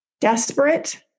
desperate